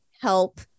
help